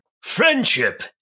Friendship